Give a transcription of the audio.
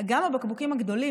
גם הבקבוקים הגדולים,